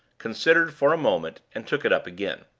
considered for a moment, and took it up again.